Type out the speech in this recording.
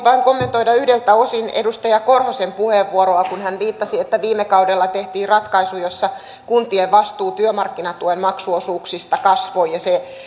kommentoida yhdeltä osin edustaja korhosen puheenvuoroa kun hän viittasi että viime kaudella tehtiin ratkaisu jossa kuntien vastuu työmarkkinatuen maksuosuuksista kasvoi ja se